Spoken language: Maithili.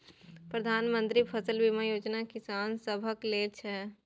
प्रधानमंत्री मन्त्री फसल बीमा योजना किसान सभक लेल छै